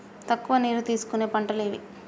తక్కువ నీరు తీసుకునే పంటలు ఏవి?